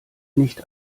nicht